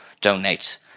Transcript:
donate